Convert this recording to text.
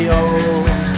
old